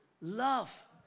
Love